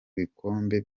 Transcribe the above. bikombe